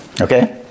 Okay